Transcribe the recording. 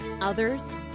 others